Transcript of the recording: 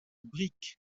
briques